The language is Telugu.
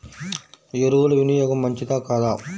ఎరువుల వినియోగం మంచిదా కాదా?